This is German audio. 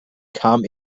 kam